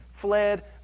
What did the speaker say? fled